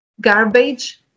Garbage